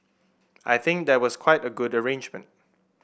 I think that was quite a good arrangement